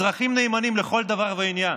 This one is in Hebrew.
אזרחים נאמנים לכל דבר ועניין,